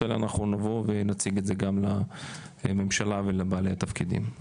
האלה אנחנו נבוא ונציג את זה גם לממשלה ולבעלי התפקידים.